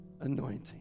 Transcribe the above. anointing